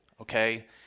okay